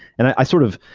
and i sort of,